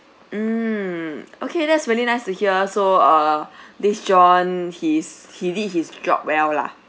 mm okay that's really nice to hear so err this john he's he did his job well lah